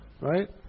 right